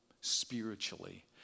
spiritually